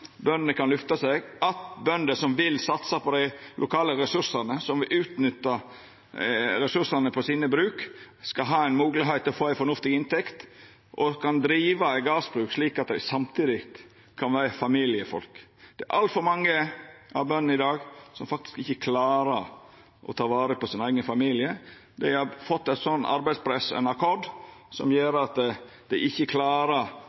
bøndene kan lyfta seg, at bøndene som vil satsa på dei lokale ressursane og utnytta dei på sine bruk, skal ha ei moglegheit til å ha ei fornuftig inntekt og kan driva eit gardsbruk slik at dei samtidig kan vera familiefolk. Det er altfor mange av bøndene i dag som faktisk ikkje klarar å ta vare på sin eigen familie. Dei har fått eit arbeidspress og ein akkord som gjer at dei ikkje klarar